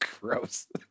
gross